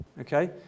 Okay